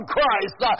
Christ